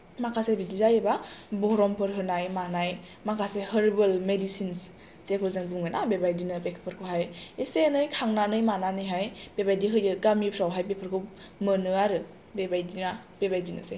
माखासे बिदि जायोबा बरमफोर होनाय मानाय माखासे हारबोल मेडिसिन जेखौ जों बुङोना बेबादिनो बेफोरखौहाइ एसे एनै खांनानै मानानैहाय बेबादि होयो गामिफ्रावहाय बेफोरखौ मोनो आरो बेबादिनो बेबादिनोसै